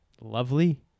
Lovely